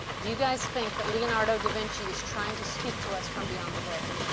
do you guys think that leonardo da vinci is trying to speak to us from beyond the grave?